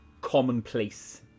commonplace